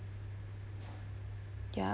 ya